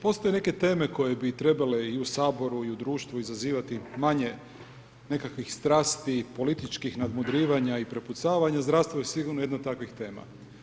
Postoje neke teme koje bi trebale i u saboru i u društvu izazivati manje nekakvih strasti i političkih nadmudrivanja i prepucavanja, zdravstvo je sigurno jedno od takvih tema.